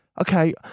okay